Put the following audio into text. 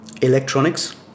Electronics